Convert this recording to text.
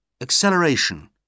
Acceleration